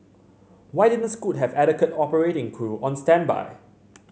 why didn't Scoot have adequate operating crew on standby